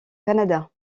canada